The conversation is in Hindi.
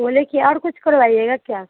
बोले कि और कुछ करवाइएगा क्या